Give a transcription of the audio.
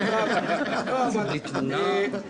מה זה בלי תמונה?